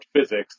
physics